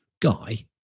guy